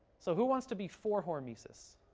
so who wants to be for hormesis?